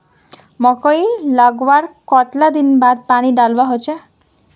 मकई लगवार कतला दिन बाद पानी डालुवा होचे?